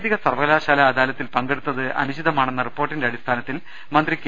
സാങ്കേതിക സർവ്വകലാശാലാ അദാലത്തിൽ പങ്കെടുത്തത് അനു ചിതമാണെന്ന റിപ്പോർട്ടിന്റെ അടിസ്ഥാനത്തിൽ മന്ത്രി കെ